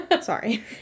Sorry